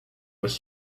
was